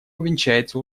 увенчается